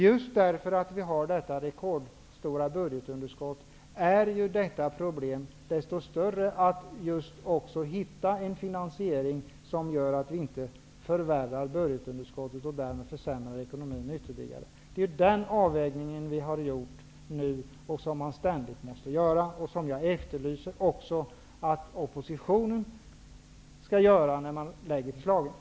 Just med tanke på att inte förvärra det rekordstora budgetunderskottet och därmed ytterligare försämra ekonomin, är en lösning av problemet med att finna en finansiering desto viktigare. Det är den avvägning som vi har gjort, och som man ständigt måste göra. Jag efterlyser också att oppositionen gör en sådan avvägning när man lägger fram förslag.